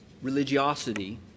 religiosity